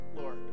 Lord